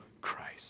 Christ